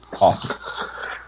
Awesome